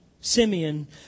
Simeon